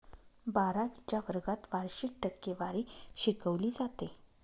बारावीच्या वर्गात वार्षिक टक्केवारी शिकवली जाते